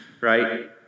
right